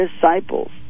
disciples